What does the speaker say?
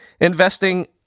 investing